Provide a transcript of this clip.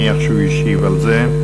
אני מניח שהוא ישיב על זה.